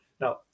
Now